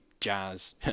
jazz